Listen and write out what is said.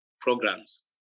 programs